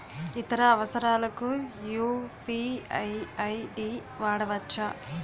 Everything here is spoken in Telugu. ఇతర అవసరాలకు యు.పి.ఐ ఐ.డి వాడవచ్చా?